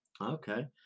Okay